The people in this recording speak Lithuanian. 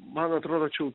man atrodo čia jau